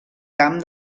camp